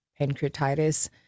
pancreatitis